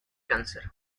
cáncer